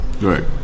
Right